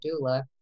doula